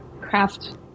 craft